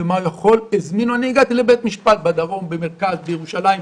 אני הגעתי לבתי משפט בדרום, במרכז, בירושלים.